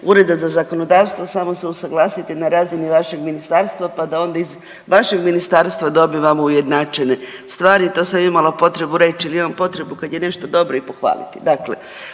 Ureda za zakonodavstvo samo se usuglasite na razini vašeg ministarstva pa da onda iz vašeg ministarstva dobivamo ujednačene stvari. To sam imala potrebu reć jel imam potrebu kad je nešto dobro i pohvaliti.